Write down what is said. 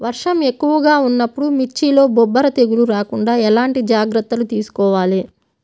వర్షం ఎక్కువగా ఉన్నప్పుడు మిర్చిలో బొబ్బర తెగులు రాకుండా ఎలాంటి జాగ్రత్తలు తీసుకోవాలి?